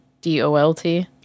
D-O-L-T